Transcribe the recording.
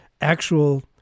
actual